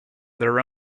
their